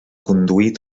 conduir